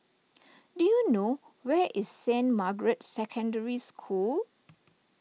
do you know where is Saint Margaret's Secondary School